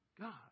God